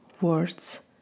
words